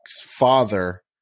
father